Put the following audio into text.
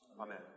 Amen